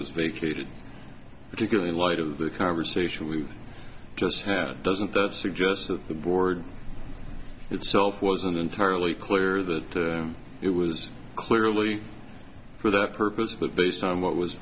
was vacated particularly in light of the conversation we've just had doesn't that suggest that the board itself was an entirely clear that it was clearly for that purpose but based on what was